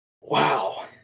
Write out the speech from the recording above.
Wow